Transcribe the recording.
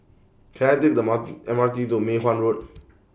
Can I Take The Mar M R T to Mei Hwan Road